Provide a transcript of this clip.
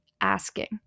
asking